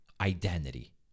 identity